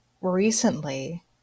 recently